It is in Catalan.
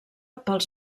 pels